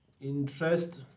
interest